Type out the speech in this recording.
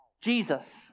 Jesus